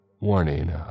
Warning